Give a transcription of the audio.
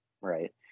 right